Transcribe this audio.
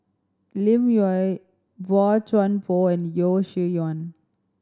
Lim Yau Boey Chuan Poh and Yeo Shih Yun